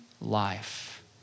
life